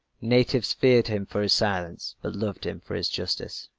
natives feared him for his silence, but loved him for his justice.